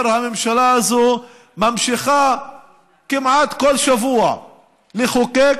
הממשלה הזו ממשיכה כמעט כל שבוע לחוקק